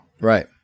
Right